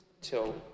till